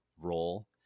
role